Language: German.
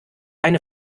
eine